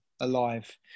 Alive